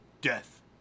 death